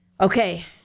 okay